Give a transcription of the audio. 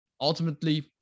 ultimately